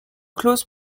close